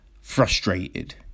frustrated